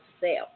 sale